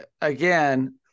again